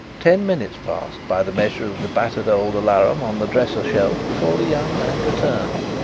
ten minutes passed by the measure of the battered old alarum on the dresser shelf before the young man returned.